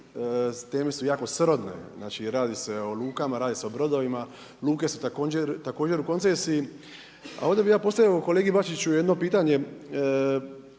teme su jako srodne. Znači radi se o lukama, radi se o brodovima. Luke su također u koncesiji. A ovdje bi ja postavio kolegi Bačiću jedno pitanje